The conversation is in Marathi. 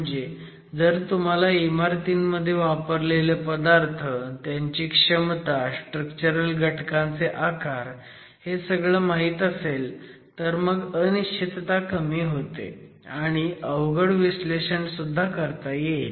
म्हणजे जर तुम्हाला इमारतींमध्ये वापरलेले पदार्थ त्यांची क्षमता स्ट्रक्चरल घटकांचे आकार हे सगळं माहीत असेल तर मग अनिश्चितता कमी होते आणि अवघड विश्लेषण करता येईल